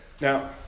Now